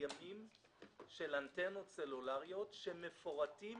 ומסוימים של אנטנות סלולריות שמפורטים